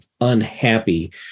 unhappy